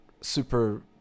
super